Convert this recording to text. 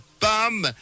bum